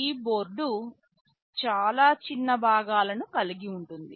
ఈ బోర్డు చాలా చిన్న భాగాలను కలిగి ఉంటుంది